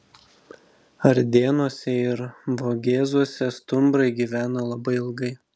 ardėnuose ir vogėzuose stumbrai gyveno labai ilgai